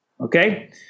okay